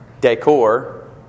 decor